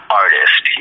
artist